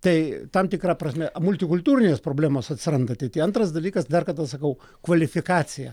tai tam tikra prasme multikultūrinės problemos atsiranda ateityje antras dalykas dar kartą sakau kvalifikacija